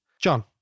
John